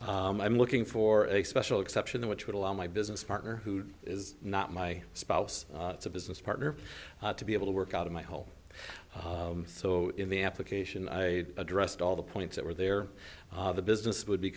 record i'm looking for a special exception which would allow my business partner who is not my spouse it's a business partner to be able to work out of my home so in the application i addressed all the points that were there the business would be